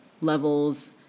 levels